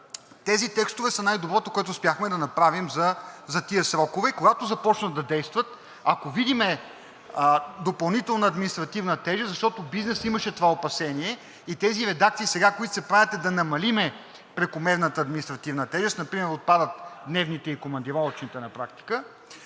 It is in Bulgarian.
тези текстове са най доброто, което успяхме да направим за тези срокове. Когато започнат да действат, ако видим допълнителна административна тежест, защото бизнесът имаше това опасение и тези редакции, които сега се правят, е да намалим прекомерната административна тежест – например отпадат дневните и командировъчните на практика,